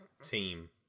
team